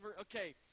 Okay